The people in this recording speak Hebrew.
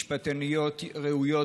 משפטניות ראויות,